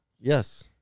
Yes